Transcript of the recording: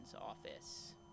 office